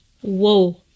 Whoa